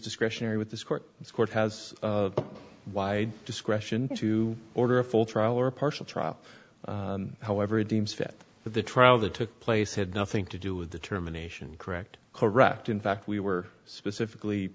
discretionary with this court this court has wide discretion to order a full trial or a partial trial however it deems fit the trial that took place had nothing to do with determination correct correct in fact we were specifically